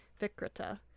vikrita